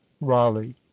Raleigh